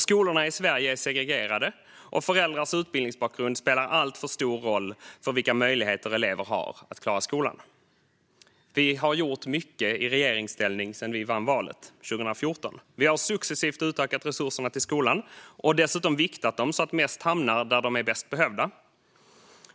Skolorna i Sverige är segregerade, och föräldrars utbildningsbakgrund spelar alltför stor roll för vilka möjligheter elever har att klara skolan. Vi har gjort mycket i regeringsställning sedan vi vann valet 2014. Vi har successivt utökat resurserna till skolan och dessutom viktat dem så att mest hamnar där det behövs bäst.